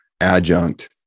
adjunct